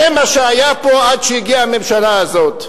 זה מה שהיה פה עד שהגיעה הממשלה הזאת.